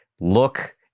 look